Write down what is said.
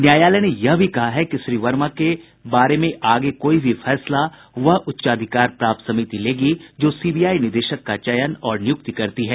न्यायालय ने यह भी कहा है कि श्री वर्मा के बारे में आगे कोई भी फैसला वह उच्चाधिकार प्राप्त समिति लेगी जो सी बी आई निदेशक का चयन और नियुक्ति करती है